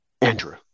Andrew